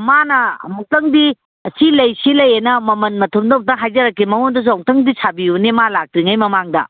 ꯃꯥꯅ ꯑꯃꯨꯛꯇꯪꯗꯤ ꯁꯤ ꯂꯩ ꯁꯤ ꯂꯩꯑꯅ ꯃꯃꯟ ꯃꯊꯨꯝꯗꯣ ꯑꯝꯇ ꯍꯥꯏꯖꯔꯛꯀꯣ ꯃꯉꯣꯟꯗꯁꯨ ꯑꯃꯨꯛꯇꯪꯗꯤ ꯁꯥꯕꯤꯌꯨꯅꯦ ꯃꯥ ꯂꯥꯛꯇ꯭ꯔꯤꯉꯩ ꯃꯃꯥꯡꯗ